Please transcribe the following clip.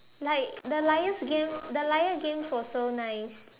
like the liar's game the Liar Game was so nice